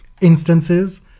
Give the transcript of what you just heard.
instances